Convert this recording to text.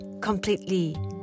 completely